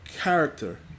character